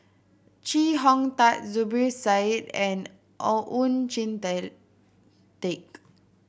Chee Hong Tat Zubir Said and Oon Jin Teik